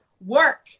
work